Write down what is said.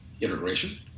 integration